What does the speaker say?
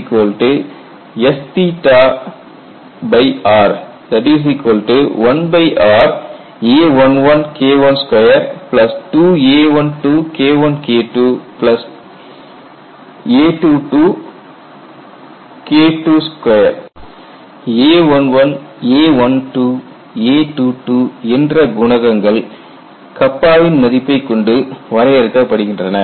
dUdVSr1ra11KI22a12KIKIIa22KII2 a11 a12 a22 என்ற குணகங்கள் வின் மதிப்பை கொண்டு வரையறுக்கப்படுகின்றன